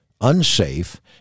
unsafe